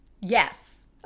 Yes